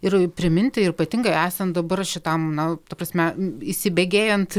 ir priminti ir ypatingai esant dabar šitam na ta prasme įsibėgėjant